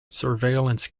surveillance